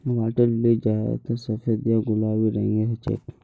water lily ज्यादातर सफेद या गुलाबी रंगेर हछेक